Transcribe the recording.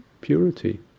purity